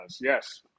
yes